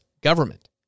government